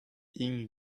int